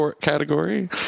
category